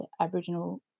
Aboriginal